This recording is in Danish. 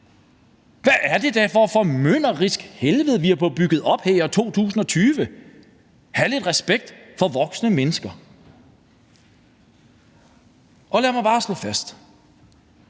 Hvad er det da for et formynderisk helvede, vi har fået bygget op her i år 2020? Hav lidt respekt for voksne mennesker! Lad mig bare slå fast,